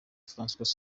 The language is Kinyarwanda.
francois